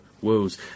woes